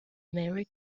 merry